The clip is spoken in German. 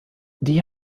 die